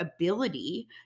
ability